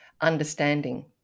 understanding